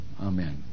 amen